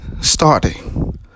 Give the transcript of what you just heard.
starting